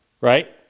right